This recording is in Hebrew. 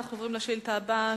אנחנו עוברים לשאילתא הבאה,